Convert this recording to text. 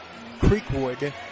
Creekwood